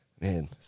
Man